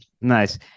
nice